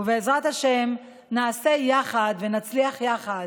ובעזרת השם נעשה יחד ונצליח יחד.